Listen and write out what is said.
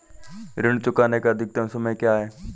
ऋण चुकाने का अधिकतम समय क्या है?